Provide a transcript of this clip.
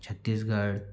Chhattisgarh